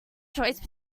choice